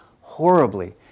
horribly